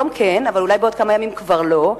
אבל אולי בעוד כמה ימים כבר לא,